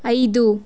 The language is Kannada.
ಐದು